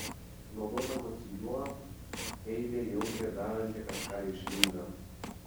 naudodamasi juo heilė jautė daranti kažką reikšminga